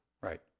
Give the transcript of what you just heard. Right